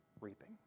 reaping